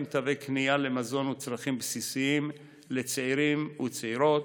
תווי קנייה למזון וצרכים בסיסיים לצעירים וצעירות,